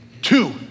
Two